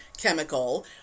chemical